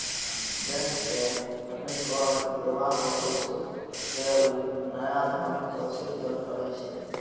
bank कें जखन कर्ज देबाक होइ छै, ते ओ नया धनक सृजन करै छै